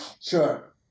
Sure